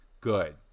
good